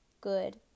good